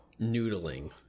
noodling